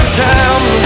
time